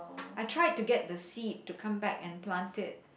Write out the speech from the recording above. I tried to get the seed to come back and plant it